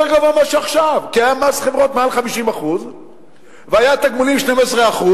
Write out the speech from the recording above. כי היה מס חברות מעל 50% והיה תגמולים 12%,